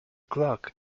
clock